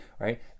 right